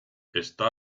está